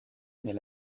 mais